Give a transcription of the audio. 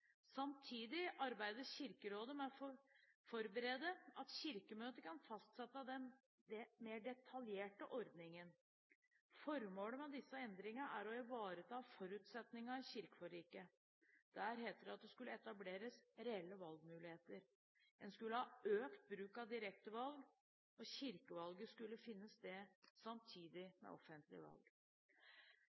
Samtidig arbeider Kirkerådet med å forberede at Kirkemøtet kan fastsette den mer detaljerte valgordningen. Formålet med disse endringene er å ivareta forutsetningene i kirkeforliket. Der het det at det skulle etableres reelle valgmuligheter, at en skulle ha økt bruk av direkte valg, og at kirkevalg skulle finne sted samtidig med offentlige valg.